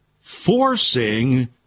forcing